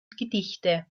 gedichte